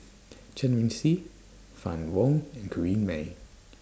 Chen Wen Hsi Fann Wong and Corrinne May